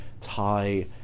Thai